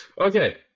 Okay